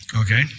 Okay